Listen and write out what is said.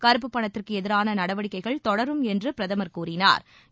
கருப்பு பணத்திற்கு எதிரான நடவடிக்கைகள் தொடரும் என்று பிரதமா் கூறினாா்